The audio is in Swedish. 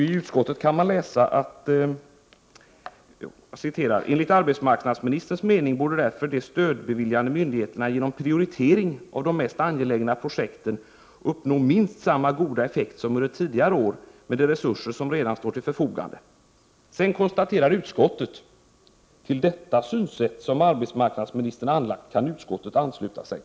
I utskottets betänkande kan man läsa följande: ”Enligt arbetsmarknadsministerns mening borde därför de stödbeviljande myndigheterna genom prioritering av de mest angelägna projekten uppnå minst samma goda effekt som under tidigare år med de resurser som redan står till förfogande.” Sedan konstaterar utskottet att till detta ”synsätt som arbetsmarknadsministern anlagt kan utskottet ansluta sig”.